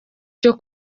cyo